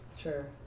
Sure